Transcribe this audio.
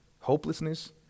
hopelessness